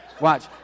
Watch